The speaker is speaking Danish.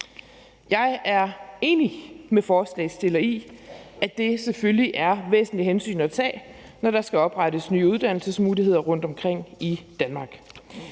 Jeg er enig med forslagsstillerne i, at det selvfølgelig er væsentlige hensyn at tage, når der skal oprettes nye uddannelsesmuligheder rundtomkring i Danmark,